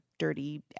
dirty